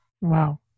Wow